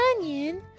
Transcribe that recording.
onion